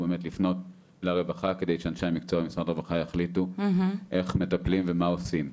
לפנות לרווחה כדי שאנשי המקצוע במשרד הרווחה יחליטו איך מטפלים ומה עושים.